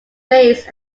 base